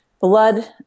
blood